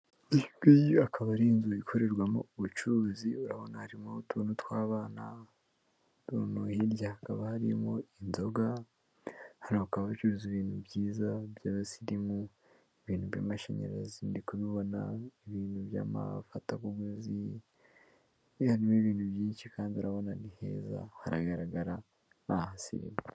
Iyi ngiyi akaba ari inzu ikorerwamo ubucuruzi, urabona harimo utuntu tw'abana, hirya hakaba harimo inzoga, hano bakaba bacuruza ibintu byiza by'abasirimu, ibintu by'amashanyarazi ndi kubibona, ibintu by'amafatabuguzi, harimo ibintu byinshi kandi urabona ni heza haragaragara, ni ahasirimu.